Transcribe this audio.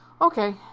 Okay